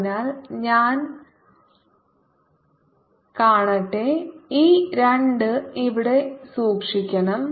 അതിനാൽ ഞാൻ കാണട്ടെ ഈ 2 ഇവിടെ സൂക്ഷിക്കണം